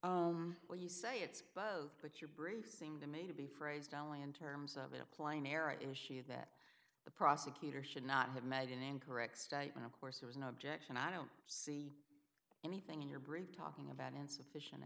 honor when you say it's both but your brief seemed to me to be phrased only in terms of applying error issue that the prosecutor should not have made an incorrect statement of course there was no objection i don't see anything in your brief talking about insufficient